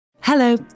Hello